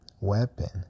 weapon